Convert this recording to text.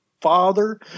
father